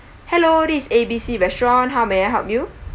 hello this is A B C restaurant how may I help you